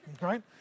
right